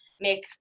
make